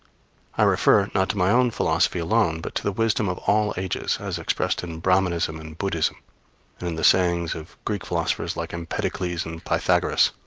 i refer, not to my own philosophy alone, but to the wisdom of all ages, as expressed in brahmanism and buddhism, and in the sayings of greek philosophers like empedocles and pythagoras